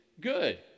good